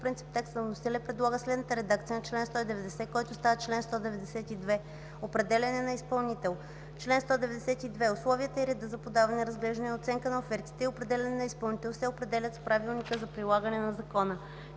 принцип текста на вносителя и предлага следната редакция на чл. 190, който става чл. 192: „Определяне на изпълнител Чл. 192. Условията и редът за подаване, разглеждане и оценка на офертите и определяне на изпълнител се определят с правилника за прилагане на закона.”